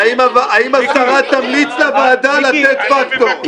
האם השרה תמליץ לוועדה לתת פקטור?